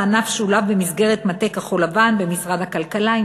הענף שולב במסגרת מטה "כחול לבן" במשרד הכלכלה,